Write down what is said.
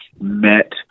met